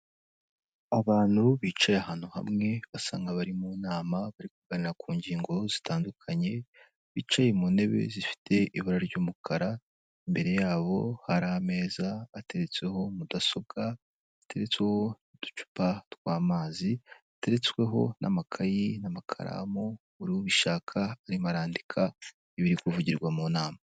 Abantu bicaye ahantu hamwe basa nk'abari mu nama bari kuganira ku ngingo zitandukanye, bicaye mu ntebe zifite ibara ry'umukara, imbere yabo hari ameza ateretseho mudasobwa, ateretseho uducupa tw'amazi, ateretsweho n'amakayi n'amakaramu, ubishaka arimo arandika ibiri kuvugirwa mu nama.